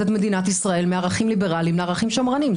את מדינת ישראל מערכים ליברליים לערכים שמרניים.